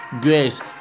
grace